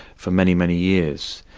for many, many years.